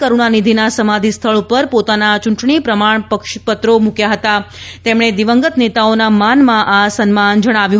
કરૂણાનિધિના સમાધિ સ્થળ પર પોતાના ચૂંટણી પ્રમાણપક્ષો મૂક્યા હતા તેમણે દિવંગત નેતાઓના માનમાં આ સન્માન જણાવ્યું